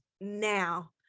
now